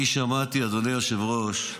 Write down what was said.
אני שמעתי, אדוני היושב-ראש,